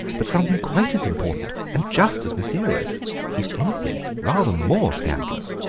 but something quite as important and just as mysterious if anything, rather more scandalous.